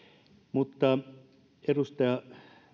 edustaja